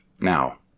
now